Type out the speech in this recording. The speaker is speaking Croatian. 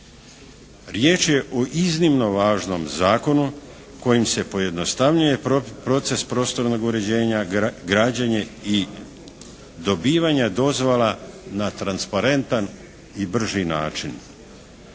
Riječ o iznimno važnom zakonu kojim se pojednostavljuje proces prostornog uređenja, građenje i dobivanja dozvola na transparentan i brži način.